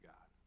God